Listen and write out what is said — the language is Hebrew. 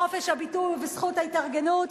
בחופש הביטוי ובזכות ההתארגנות,